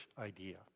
idea